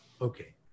okay